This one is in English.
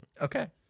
Okay